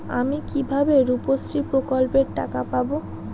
আমি কিভাবে রুপশ্রী প্রকল্পের টাকা পাবো?